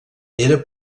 era